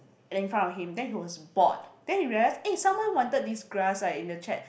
and then in front of him then he was bored then he realise eh someone wanted this grass ah in the chat